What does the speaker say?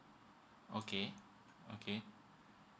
okay okay